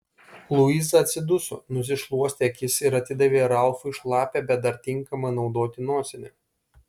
luiza atsiduso nusišluostė akis ir atidavė ralfui šlapią bet dar tinkamą naudoti nosinę